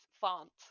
font